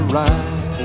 right